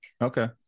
Okay